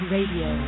Radio